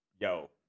yo